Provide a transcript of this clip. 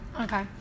Okay